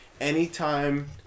Anytime